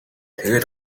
тэгээд